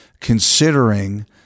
considering